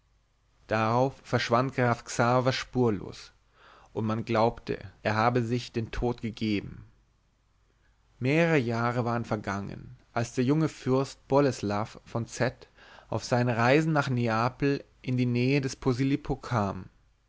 darauf verschwand graf xaver spurlos und man glaubte er habe sich den tod gegeben mehrere jahre waren vergangen als der junge fürst boleslaw von z auf seinen reisen nach neapel in die nähe des posilippo kam